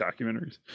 documentaries